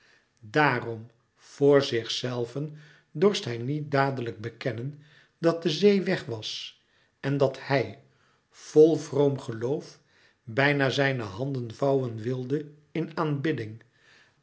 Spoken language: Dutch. daarom voor zichzelven dorst hij niet dadelijk bekennen dat de zee weg was en dat hij vol vroom geloof bijna zijn handen vouwen wilde in aanbidding